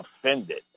offended